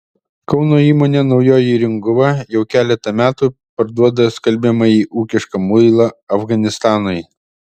kauno įmonė naujoji ringuva jau keletą metų parduoda skalbiamąjį ūkišką muilą afganistanui